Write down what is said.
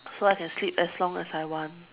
so I can sleep as long as I want